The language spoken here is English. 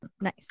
nice